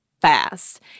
fast